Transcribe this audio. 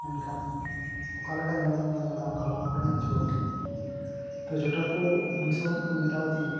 ᱢᱮᱱᱠᱷᱟᱱ ᱚᱠᱟ ᱞᱮᱠᱟ ᱧᱮᱞᱤᱧ ᱢᱮᱱ ᱞᱮᱫᱟ ᱚᱱᱠᱟ ᱵᱟᱝᱠᱚ ᱧᱮᱞ ᱦᱚᱪᱚᱣ ᱫᱤᱧᱟ ᱛᱚ ᱡᱚᱴᱟ ᱠᱚ ᱩᱱ ᱥᱚᱢᱚᱭ ᱠᱚ ᱢᱮᱛᱟᱣᱫᱤᱧᱟ